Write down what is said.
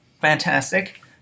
Fantastic